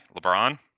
LeBron